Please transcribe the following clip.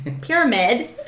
pyramid